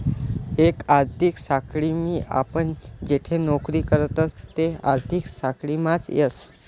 एक आर्थिक साखळीम आपण जठे नौकरी करतस ते आर्थिक साखळीमाच येस